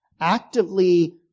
actively